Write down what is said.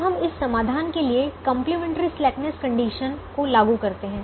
अब हम इस समाधान के लिए कंप्लीमेंट्री स्लैकनेस कंडीशन को लागू करते हैं